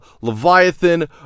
Leviathan